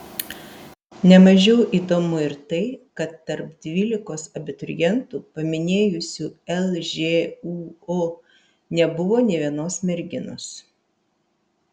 ne mažiau įdomu ir tai kad tarp dvylikos abiturientų paminėjusių lžūu nebuvo nė vienos merginos